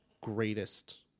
greatest